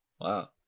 Wow